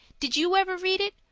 did you ever read it,